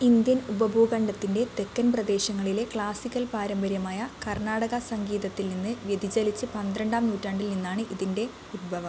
Indian ഉപഭൂഖണ്ഡത്തിൻ്റെ തെക്കൻ പ്രദേശങ്ങളിലെ ക്ലാസിക്കൽ പാരമ്പര്യമായ കർണാടക സംഗീതത്തിൽ നിന്ന് വ്യതിചലിച്ച് പന്ത്രണ്ടാം നൂറ്റാണ്ടിൽ നിന്നാണ് ഇതിൻ്റെ ഉത്ഭവം